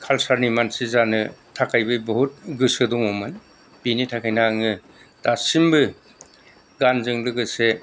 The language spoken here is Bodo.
कालसार नि मानसि जानो थाखायबो बहुत गोसो दङमोन बेनि थाखायनो आङो दासिमबो गानजों लोगोसे